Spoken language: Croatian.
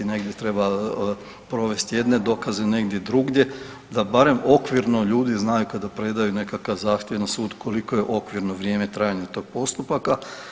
Negdje treba provesti jedne dokaze, negdje drugdje da barem okvirno ljudi znaju kada predaju nekakav zahtjev na sud koliko je okvirno vrijeme trajanje tog postupka.